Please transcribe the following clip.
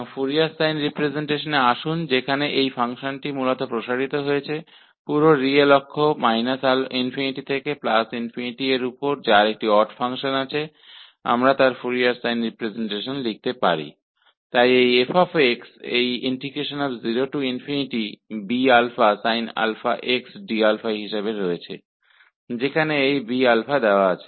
तो Fourier sine representation पर आते है जहां यह फ़ंक्शन मूल रूप से पूरे वास्तविक अक्ष पर −∞ से ∞ पर एक ऑड फंक्शनके रूप में बढ़ाया जाता है हम इसके फोरियर साइन रिप्रजेंटेशन को लिख सकते हैं इसलिए यह f का मान 0 B sinx d है जहां इस Bα का मान 2 0 f sin u du द्वारा दिया गया है